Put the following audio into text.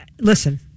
Listen